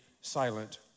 silent